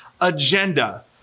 agenda